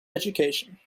education